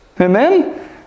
Amen